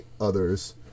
others